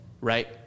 Right